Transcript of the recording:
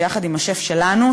שיחד עם השף שלנו,